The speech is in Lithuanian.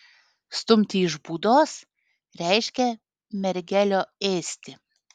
stumti iš būdos reiškė mergelio ėsti